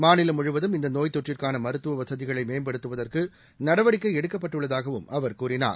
மாநிலம் முழுவதும் இந்த நோய் தொற்றுக்கான மருத்துவ வசதிகளை மேம்படுத்துவதற்கு நடவடிக்கை எடுக்கப்பட்டுள்ளதாகவும் அவர் கூறினார்